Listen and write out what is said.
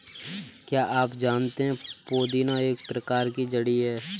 क्या आप जानते है पुदीना एक प्रकार की जड़ी है